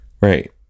Right